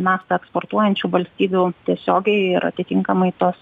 naftą eksportuojančių valstybių tiesiogiai ir atitinkamai tos